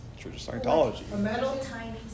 Scientology